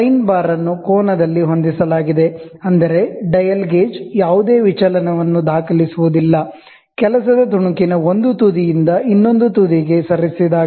sign bar ಅನ್ನು angle ದಲ್ಲಿ ಹೊಂದಿಸಲಾಗಿದೆ ಅಂದರೆ ಡಯಲ್ ಗೇಜ್ ಯಾವುದೇ ವಿಚಲನವನ್ನು ದಾಖಲಿಸುವುದಿಲ್ಲ ವರ್ಕ್ ಪೀಸ್ ನ ಒಂದು ತುದಿಯಿಂದ ಇನ್ನೊಂದು ತುದಿಗೆ ಸರಿಸಿದಾಗ